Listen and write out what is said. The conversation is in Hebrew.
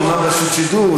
אומנם רשות השידור,